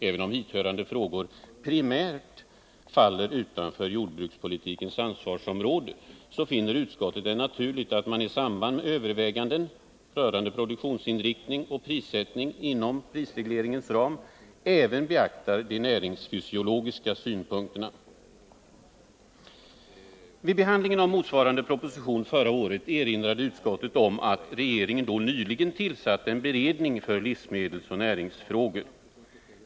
Även om hithörande frågor primärt faller utanför jordbrukspolitikens ansvarsområde, finner utskottet det naturligt att man i samband med överväganden rörande produktionsinriktning och prissättning inom prisregleringens ram också beaktar de näringsfysiologiska synpunkterna. Vid behandlingen av motsvarande proposition förra året erinrade utskottet om att regeringen då nyligen tillsatt en beredning för livsmedelsoch näringsfrågor.